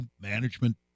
management